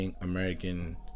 American